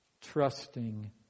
trusting